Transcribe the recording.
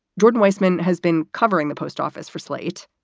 jordan weissmann has been covering the post office for slate.